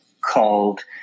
called